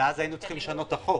ואז היינו צריכים לשנות את החוק.